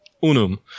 unum